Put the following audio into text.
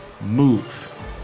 move